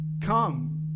come